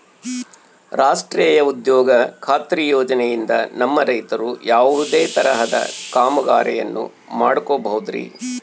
ರಾಷ್ಟ್ರೇಯ ಉದ್ಯೋಗ ಖಾತ್ರಿ ಯೋಜನೆಯಿಂದ ನಮ್ಮ ರೈತರು ಯಾವುದೇ ತರಹದ ಕಾಮಗಾರಿಯನ್ನು ಮಾಡ್ಕೋಬಹುದ್ರಿ?